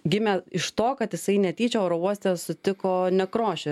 gimė iš to kad jisai netyčia oro uoste sutiko nekrošių